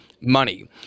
money